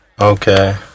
Okay